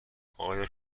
آیا